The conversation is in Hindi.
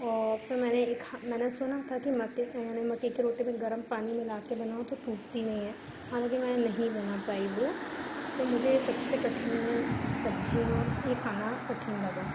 और फिर मैंने एक हं मैंने सुना था कि मक्के यानी मक्के की रोटी में गर्म पानी मिलाकर बनाओ तो टूटती नहीं है हालाँकि मैं नहीं बना पाई वह तो मुझे यह सबसे कठिन सब्ज़ियाँ और यह खाना कठिन लगा